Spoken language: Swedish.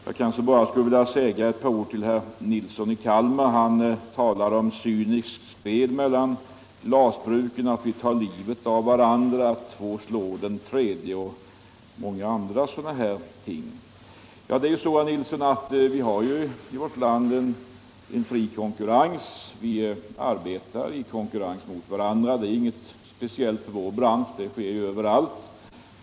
Jag kanske bara skulle vilja säga ett par ord till herr Nilsson i Kalmar, som talade om cyniskt spel mellan glasbruken, om att vi tar livet av varandra, om att två slår den tredje och om många andra sådana ting. Vi har ju i vårt land en fri konkurrens. Vi arbetar i konkurrens med varandra, men det är inget speciellt för vår bransch; det sker överallt.